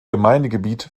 gemeindegebiet